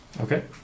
Okay